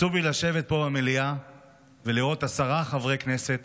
עצוב לי לשבת פה במליאה ולראות עשרה חברי כנסת